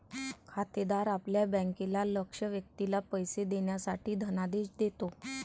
खातेदार आपल्या बँकेला लक्ष्य व्यक्तीला पैसे देण्यासाठी धनादेश देतो